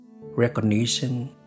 recognition